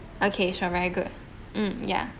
okay sure very good mm ya